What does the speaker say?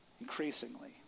increasingly